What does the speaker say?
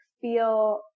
feel